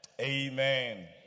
Amen